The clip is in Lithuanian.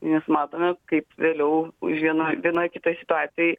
nes matome kaip vėliau už vienoj vienoj kitoj situacijoj